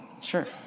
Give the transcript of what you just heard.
Sure